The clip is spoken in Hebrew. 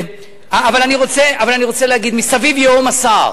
אבל אני רוצה להגיד: מסביב ייהום הסער.